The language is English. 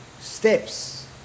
steps